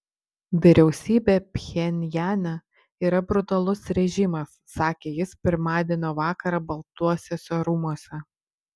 vyriausybė pchenjane yra brutalus režimas sakė jis pirmadienio vakarą baltuosiuose rūmuose